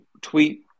tweet